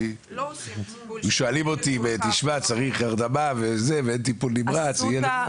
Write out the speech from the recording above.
אם אומרים לי שצריך הרדמה ואין טיפול נמרץ הייתי חושש.